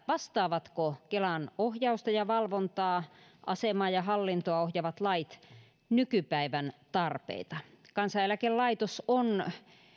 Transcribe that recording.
vastaavatko kelan ohjausta ja valvontaa asemaa ja hallintoa ohjaavat lait nykypäivän tarpeita kansaneläkelaitos on